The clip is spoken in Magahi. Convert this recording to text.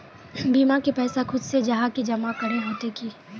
बीमा के पैसा खुद से जाहा के जमा करे होते की?